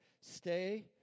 Stay